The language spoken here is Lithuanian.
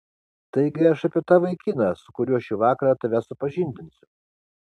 taigi aš apie tą vaikiną su kuriuo šį vakarą tave supažindinsiu